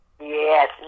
Yes